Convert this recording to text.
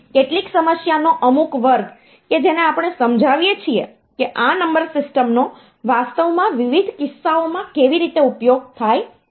કેટલીક સમસ્યાનો અમુક વર્ગ કે જેને આપણે સમજાવીએ છીએ કે આ નંબર સિસ્ટમ્સનો વાસ્તવમાં વિવિધ કિસ્સાઓ માં કેવી રીતે ઉપયોગ થાય છે